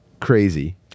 Crazy